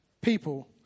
people